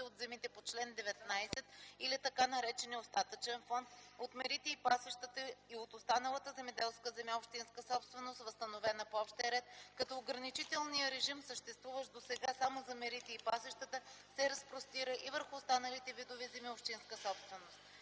от земите по чл. 19 или така наречения остатъчен фонд, от мерите и пасищата и от останалата земеделска земя, общинска собственост, възстановена по общия ред, като ограничителния режим съществуващ досега само за мерите и пасищата се разпростира и върху останалите видове земи – общинска собственост.